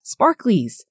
sparklies